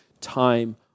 time